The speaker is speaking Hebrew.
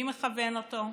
מי מכוון אותו,